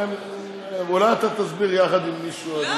ואולי אתה תסביר יחד עם מישהו?